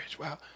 Wow